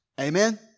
Amen